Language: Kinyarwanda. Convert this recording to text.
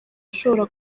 ashobora